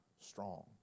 strong